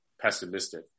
pessimistic